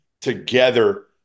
together